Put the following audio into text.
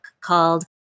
called